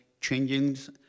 changes